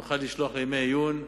ונוכל לשלוח לימי עיון,